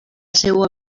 seua